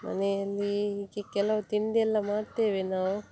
ಮನೆಯಲ್ಲಿ ಹೀಗೆ ಕೆಲವು ತಿಂಡಿಯೆಲ್ಲ ಮಾಡ್ತೇವೆ ನಾವು